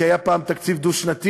כי היה פעם תקציב דו-שנתי,